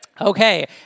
Okay